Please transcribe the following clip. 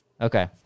okay